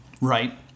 Right